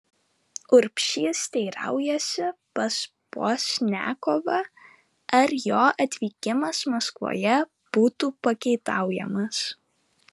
urbšys teiraujasi pas pozniakovą ar jo atvykimas maskvoje būtų pageidaujamas